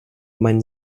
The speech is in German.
meinen